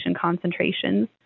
concentrations